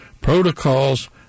protocols